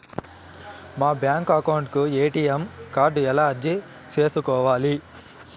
మా bank account కు ATM card ఎలా అర్జీ సేసుకోవాలి?